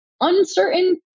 uncertain